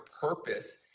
purpose